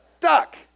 duck